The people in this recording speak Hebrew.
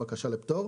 בקשה לפטור),